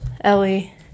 Ellie